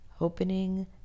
opening